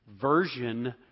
version